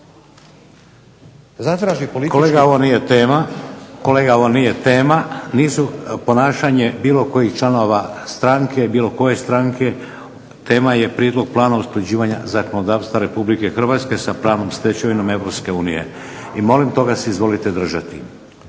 Kolega, ovo nije tema, nisu ponašanje bilo kojih članova stranke, bilo koje stranke. Tema je Prijedlog plana usklađivanja zakonodavstva Republike Hrvatske sa pravnom stečevinom Europske unije i molim toga se izvolite držati.